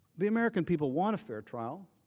the american people want a fair trial.